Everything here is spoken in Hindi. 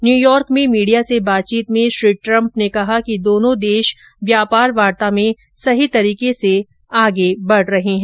न्यूयॉर्क में मीडिया से बातचीत में श्री ट्रम्प ने कहा कि दोनों देश व्यापार वार्ता में सही तरीके से आगे बढ़ रहे हैं